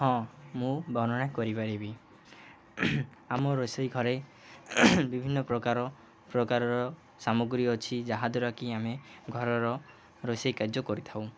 ହଁ ମୁଁ ବର୍ଣ୍ଣନା କରିପାରିବି ଆମ ରୋଷେଇ ଘରେ ବିଭିନ୍ନ ପ୍ରକାର ପ୍ରକାରର ସାମଗ୍ରୀ ଅଛି ଯାହାଦ୍ୱାରାକି ଆମେ ଘରର ରୋଷେଇ କାର୍ଯ୍ୟ କରିଥାଉ